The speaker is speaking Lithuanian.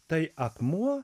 tai akmuo